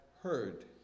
heard